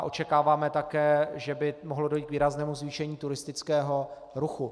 Očekáváme také, že by mohlo dojít k výraznému zvýšení turistického ruchu.